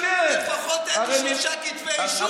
לפחות אין לי שלושה כתבי אישום.